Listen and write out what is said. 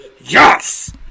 yes